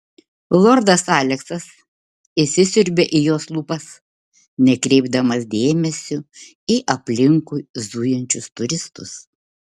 lordas aleksas įsisiurbė į jos lūpas nekreipdamas dėmesio į aplinkui zujančius turistus